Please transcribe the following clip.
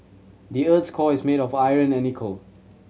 the earth's core is made of iron and nickel